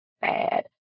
bad